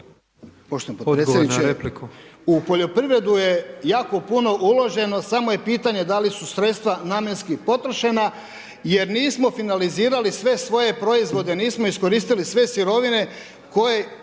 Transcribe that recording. Poštovani potpredsjedniče. U poljoprivredu je jako puno uloženo, samo je pitanje da li su sredstva namjenski potrošena, jer nismo finalizirali sve svoje proizvode, nismo iskoristili sve sirovine,